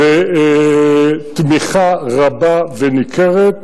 בתמיכה רבה וניכרת,